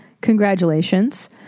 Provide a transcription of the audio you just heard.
congratulations